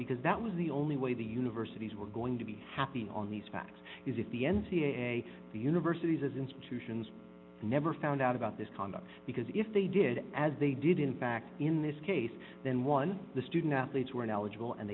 because that was the only way the universities were going to be happy on these facts is if the n c a a the universities as institutions never found out about this conduct because if they did as they did in fact in this case then once the student athletes were eligible and